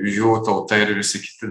jų tauta ir visi kiti